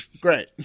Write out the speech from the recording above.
Great